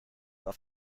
auf